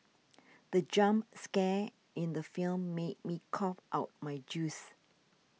the jump scare in the film made me cough out my juice